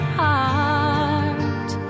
heart